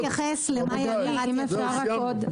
אבל צריך להתייחס למהי הגדרת יצרן,